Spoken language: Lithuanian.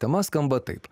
tema skamba taip